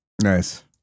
Nice